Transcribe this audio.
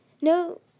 No